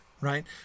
right